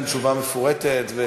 אני חושב שניתנה כאן תשובה מפורטת.